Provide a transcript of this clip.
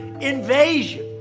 invasion